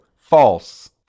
False